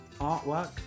artwork